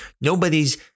Nobody's